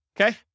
Okay